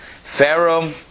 Pharaoh